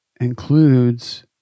includes